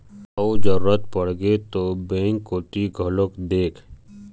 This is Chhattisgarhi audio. अउ जरुरत पड़गे ता बेंक कोती घलोक देख